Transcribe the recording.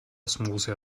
osmose